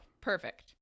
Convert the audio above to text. perfect